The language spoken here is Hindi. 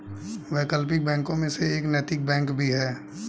वैकल्पिक बैंकों में से एक नैतिक बैंक भी है